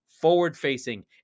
forward-facing